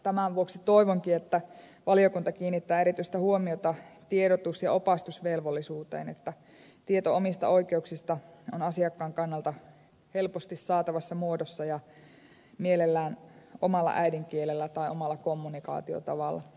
tämän vuoksi toivonkin että valiokunta kiinnittää erityistä huomiota tiedotus ja opastusvelvollisuuteen niin että tieto omista oikeuksista on asiakkaan kannalta helposti saatavassa muodossa ja mielellään omalla äidinkielellä tai omalla kommunikaatiotavalla